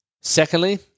Secondly